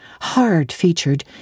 hard-featured